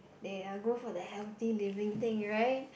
they are good for the healthy living thing right